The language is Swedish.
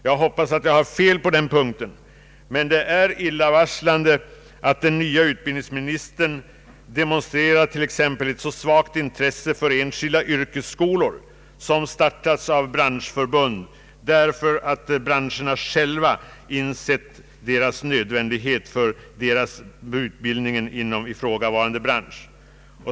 Jag hoppas att jag har fel på den punkten, men det är illavarslande att den nye utbildningsministern demonstrerar ett så svagt intresse för enskilda yrkesskolor som startats av branschförbund, därför att branscherna själva ansett det nödvändigt att därmed förbättra utbildningen inom ifrågavarande branscher.